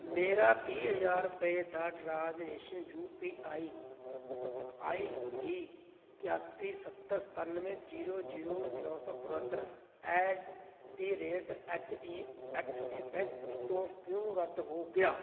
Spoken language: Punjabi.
ਮੇਰਾ ਤੀਹ ਹਜ਼ਾਰ ਰੁਪਏ ਦਾ transaction U P I I D ਇਕਾਸੀ ਸੱਤਰ ਸਤਾਨਵੇਂ ਜੀਰੋ ਜੀਰੋ ਨੌ ਇਕਹੱਤਰ at the rate H D F C bank ਤੋਂ ਰੱਦ ਕਿਉਂ ਹੋ ਗਿਆ